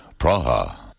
Praha